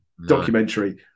Documentary